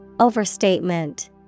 Overstatement